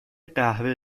قهوه